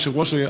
היושב-ראש,